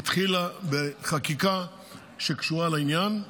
התחילה בחקיקה שקשורה לעניין.